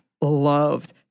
loved